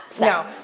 No